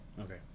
Okay